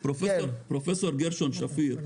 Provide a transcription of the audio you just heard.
פרופ' גרשון שפיר,